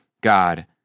God